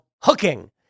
hooking